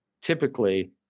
typically